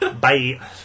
Bye